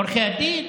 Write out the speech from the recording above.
עורכי הדין.